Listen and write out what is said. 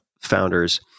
founders